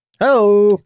Hello